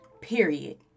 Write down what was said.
period